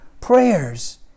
prayers